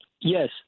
yes